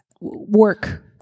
work